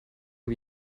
wie